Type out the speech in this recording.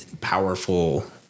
powerful